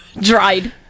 Dried